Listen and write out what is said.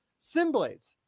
Simblades